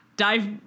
dive